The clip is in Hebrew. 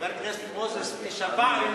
חבר הכנסת מוזס, תישבע אמונים.